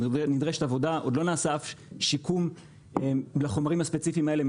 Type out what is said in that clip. נדרשת עבודה ועוד לא נעשה אף שיקום לחומרים הספציפיים האלה בארץ,